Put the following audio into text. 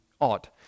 ought